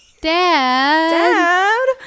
Dad